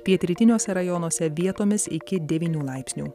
pietrytiniuose rajonuose vietomis iki devynių laipsnių